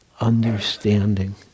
understanding